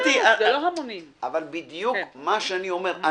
זה בדיוק מה שאני אומר.